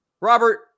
Robert